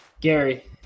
Gary